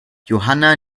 johanna